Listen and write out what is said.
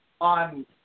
on